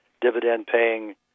dividend-paying